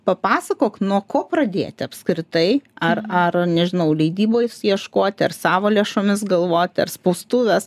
papasakok nuo ko pradėti apskritai ar ar nežinau leidyboj ieškoti ar savo lėšomis galvoti ar spaustuvės